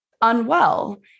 unwell